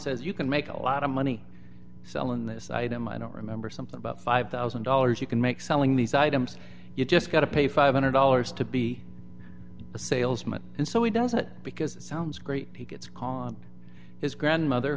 says you can make a lot of money selling this item i don't remember something about five thousand dollars you can make selling these items you've just got to pay five hundred dollars to be a salesman and so he does it because it sounds great he gets called on his grandmother